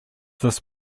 this